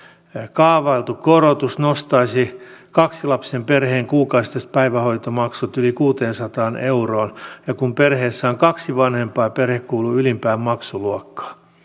kaavailtu korotus nostaisi kaksilapsisen perheen kuukausittaiset päivähoitomaksut yli kuuteensataan euroon kun perheessä on kaksi vanhempaa ja perhe kuuluu ylimpään maksuluokkaan